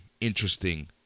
interesting